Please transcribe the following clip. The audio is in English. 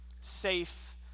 safe